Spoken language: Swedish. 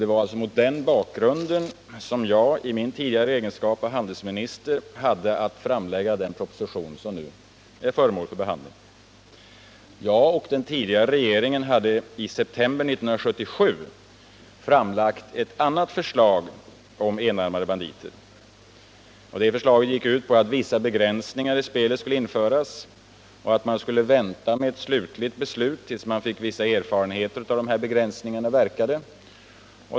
Det var alltså mot den bakgrunden som jag i min tidigare egenskap av handelsminister hade att framlägga den proposition som nu är föremål för behandling. Jag och den tidigare regeringen hade i september 1977 framlagt ett annat förslag om enarmade banditer. Det förslaget gick ut på att vissa begränsningar i spelet skulle införas och att man skulle vänta med ett slutligt beslut tills man fick vissa erfarenheter av hur dessa begränsningar verkade.